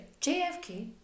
JFK